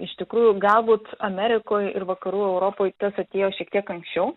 iš tikrųjų galbūt amerikoj ir vakarų europoj tas atėjo šiek tiek anksčiau